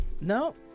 No